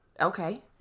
Okay